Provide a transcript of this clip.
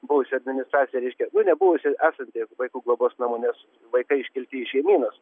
buvusi administracija reiškia nu ne buvusi esanti vaikų globos namų nes vaikai iškelti į šeimynas